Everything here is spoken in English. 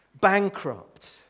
bankrupt